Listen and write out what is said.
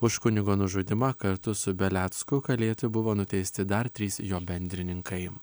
už kunigo nužudymą kartu su belecku kalėti buvo nuteisti dar trys jo bendrininkai